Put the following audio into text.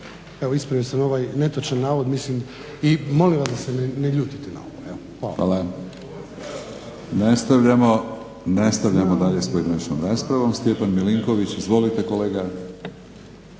evo ispravio sam ovaj netočan navod i molim vas da se ne ljutite na ovo. Hvala. **Batinić, Milorad (HNS)** Hvala. Nastavljamo dalje s pojedinačnom raspravom, Stjepan Milinković. Izvolite kolega.